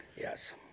Yes